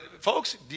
folks